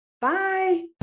Bye